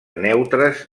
neutres